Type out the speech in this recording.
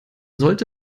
sollte